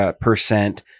percent